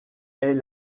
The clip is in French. est